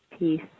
peace